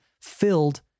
filled